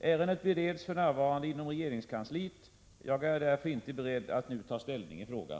Ärendet bereds för närvarande inom regeringskansliet. Jag är därför inte beredd att nu ta ställning i frågan.